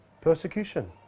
Persecution